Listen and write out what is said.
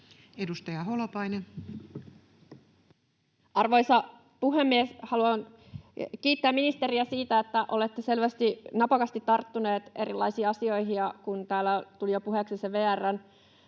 18:39 Content: Arvoisa puhemies! Haluan kiittää ministeriä siitä, että olette selvästi napakasti tarttunut erilaisiin asioihin. Ja kun täällä tuli jo puheeksi se VR:n